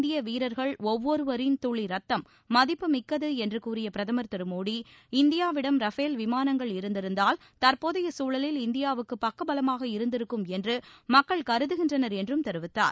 இந்திய வீரர்கள் ஒவ்வொருவரின் துளி ரத்தம் மதிப்பு மிக்கது என்று கூறிய பிரதமர் திரு மோடி இந்தியாவிடம் ரபேல் விமானங்கள் இருந்திருந்தால் தற்போதைய சூழலில் இந்தியாவுக்கு பக்கபலமாக இருந்திருக்கும் என்று மக்கள் கருதுகின்றனர் என்றும் தெரிவித்தார்